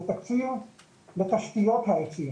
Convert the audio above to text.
זה תקציב לתשתיות העצים,